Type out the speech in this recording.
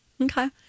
Okay